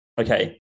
okay